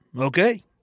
Okay